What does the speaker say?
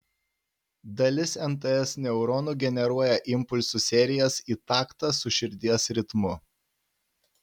dalis nts neuronų generuoja impulsų serijas į taktą su širdies ritmu